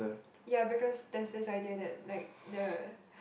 ya because there's this idea that like the